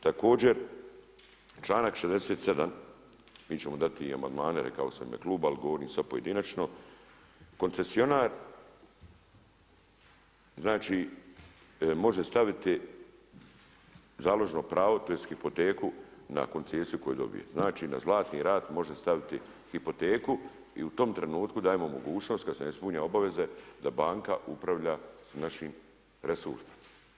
Također članak 67. mi ćemo dati i amandmane rekao sam u ime kluba, ali govorim sada pojedinačno, koncesionar može staviti založno pravo tj. hipoteku na koncesiju koju dobije, znači na Zlatni rat može staviti hipoteku i u tom trenutku dajemo mogućnost kada se ispunjava obaveze da banka upravlja s našim resursima.